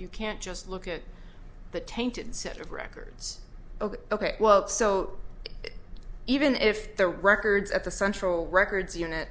you can't just look at the tainted set of records ok ok well so even if the records at the central records unit